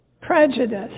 prejudice